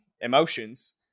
emotions